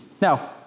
Now